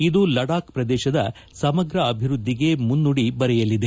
ಇದು ಲಡಾಬ್ ಪ್ರದೇಶದ ಸಮಗ್ರ ಅಭಿವ್ವದ್ದಿಗೆ ಮುನ್ನುಡಿ ಬರೆಯಲಿದೆ